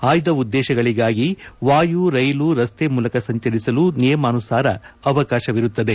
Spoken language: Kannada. ಆಯ್ದ ಉದ್ದೇಶಗಳಿಗಾಗಿ ವಾಯು ರೈಲು ರಸ್ತೆ ಮೂಲಕ ಸಂಚರಿಸಲು ನಿಯಮಾನುಸಾರ ಅವಕಾಶವಿರುತ್ತದೆ